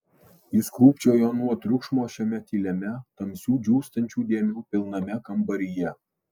jis krūpčiojo nuo triukšmo šiame tyliame tamsių džiūstančių dėmių pilname kambaryje